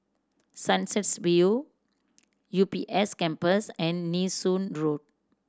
Sunsets View U B S Campus and Nee Soon Road